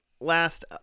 Last